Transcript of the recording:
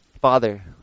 Father